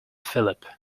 philip